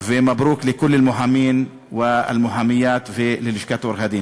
(אומר בערבית: וברכות לכל עורכי-הדין ועורכות-הדין) וללשכת עורכי-הדין.